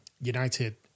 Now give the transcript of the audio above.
United